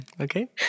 Okay